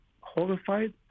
horrified